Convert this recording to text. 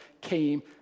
came